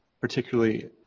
particularly